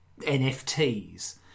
NFTs